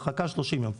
הרחקה 30 יום.